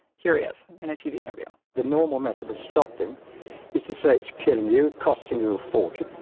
here he is in a tv interview the normal method of stopping is to say it's killing you, costing you a fortune.